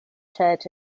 church